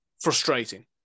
frustrating